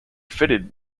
fitted